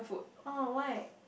oh why